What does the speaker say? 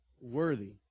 worthy